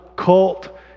cult